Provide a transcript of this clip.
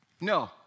No